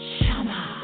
Shama